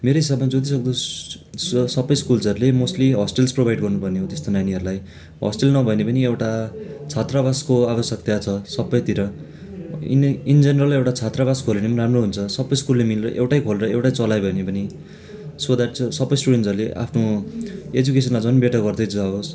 मेरो हिसाबमा जति सक्दो सबै स्कुल्सहरूले मोस्ट्ली होस्टेल्स प्रोभाइट गर्नुपर्ने हो त्यस्तो नानीहरूलाई होस्टेल नभने पनि एउटा छात्रवासको आवश्यकता छ सबैतिर इनै इनजेनरलै एउटा छात्रवास खोल्यो भने पनि राम्रो हुन्छ सबै स्कुलले मिलेर एउटै खोलेर एउटै चलायो भने पनि सो द्याट सबै स्टुडेन्टसहरूले आफ्नो एजुकेसनलाई झन् बेट्टर गर्दै जावोस्